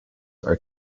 are